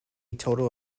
total